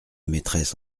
maîtresse